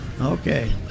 Okay